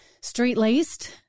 straight-laced